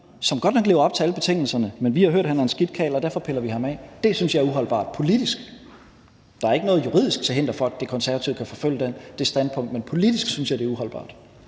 som godt nok lever op til alle betingelserne, men vi har hørt, at han er en skidt karl, og derfor piller vi ham af. Det synes jeg er uholdbart politisk. Der er ikke noget juridisk til hinder for, at De Konservative kan forfølge det standpunkt, men politisk synes jeg det er uholdbart.